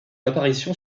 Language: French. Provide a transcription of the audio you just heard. apparition